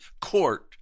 court